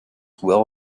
will